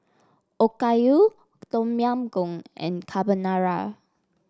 Okayu Tom Yam Goong and Carbonara